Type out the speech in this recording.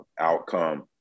outcome